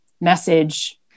message